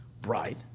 bride